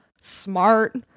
smart